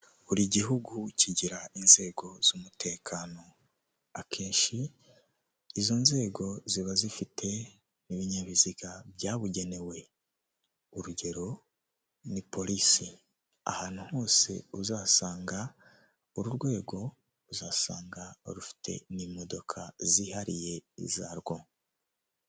Buri gihugu kigira inzego z'umutekano, akenshi izo nzego ziba zifite ibinyabiziga byabugenewe urugero: ni polisi, ahantu hose uzasanga uru rwego uzasanga rufite n'imodoka zihariye izarwo.